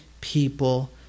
people